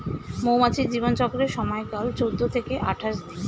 মৌমাছির জীবন চক্রের সময়কাল চৌদ্দ থেকে আঠাশ দিন